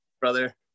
brother